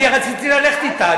אני רציתי ללכת אתה,